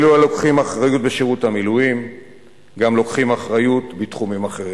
אלו הלוקחים אחריות בשירות המילואים גם לוקחים אחריות בתחומים אחרים.